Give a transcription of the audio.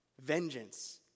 vengeance